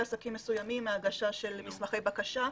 עסקים מסוימים מהגשה של מסמכי בקשה,